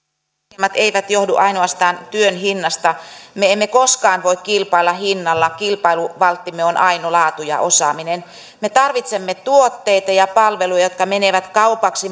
kilpailukykyongelmat eivät johdu ainoastaan työn hinnasta me emme koskaan voi kilpailla hinnalla kilpailuvalttimme on aina laatu ja osaaminen me tarvitsemme tuotteita ja palveluja jotka menevät kaupaksi